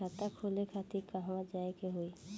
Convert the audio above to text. खाता खोले खातिर कहवा जाए के होइ?